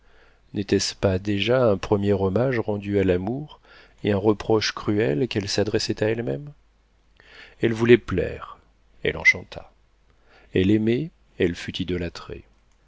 n'était-ce pas un premier hommage rendu à l'amour et un reproche cruel qu'elle s'adressait à elle-même elle voulait plaire elle enchanta elle aimait elle fut idolâtrée